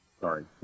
sorry